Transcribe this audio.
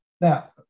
Now